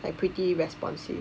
like pretty responsive